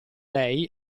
lei